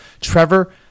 Trevor